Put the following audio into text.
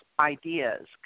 ideas